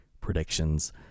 predictions